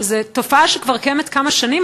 כי זו תופעה שכבר קיימת כמה שנים.